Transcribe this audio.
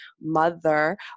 mother